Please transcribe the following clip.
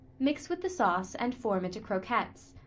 mix with the sauce and form into croquettes.